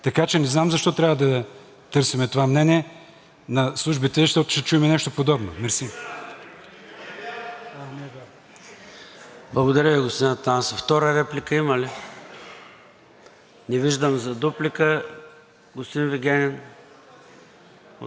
Благодаря Ви, господин Атанасов. Втора реплика има ли? Не виждам. Дуплика, господин Вигенин? Отказвате. Следващото записано изказване е на господин Лорер. Заповядайте, господин Лорер.